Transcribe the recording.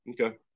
Okay